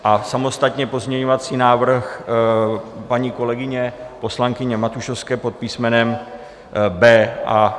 A samostatně pozměňovací návrh paní kolegyně poslankyně Matušovské pod písmenem B.